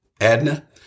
Edna